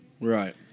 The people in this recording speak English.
Right